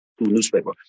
newspaper